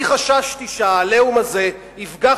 אני חששתי שה"עליהום" הזה יפגע,